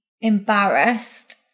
embarrassed